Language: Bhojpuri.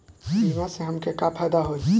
बीमा से हमके का फायदा होई?